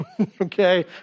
Okay